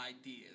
ideas